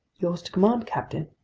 yours to command, captain.